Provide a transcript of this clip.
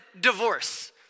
divorce